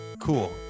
Cool